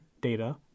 data